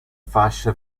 fascia